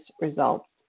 results